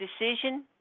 decision